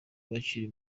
bakiri